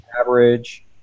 average